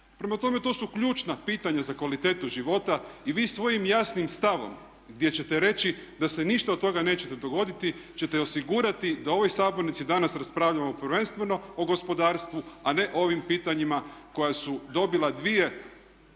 Prema tome, to su ključna pitanja za kvalitetu života i vi svojim jasnim stavom gdje ćete reći da se ništa od toga neće dogoditi ćete osigurati da u ovoj sabornici danas raspravljamo prvenstveno o gospodarstvu a ne o ovim pitanjima koja su dobila dvije